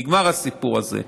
נגמר הסיפור הזה.